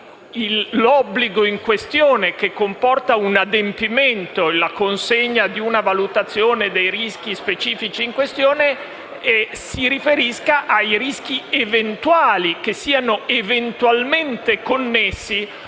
l'obbligo in questione, che comporta un adempimento e la consegna di una valutazione dei rischi specifici in questione, si riferisca ai rischi eventuali che siano eventualmente connessi